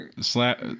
Slap